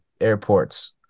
airports